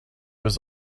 was